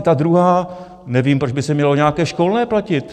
Ta druhá: Nevím, proč by se mělo nějaké školné platit.